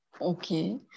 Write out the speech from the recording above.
Okay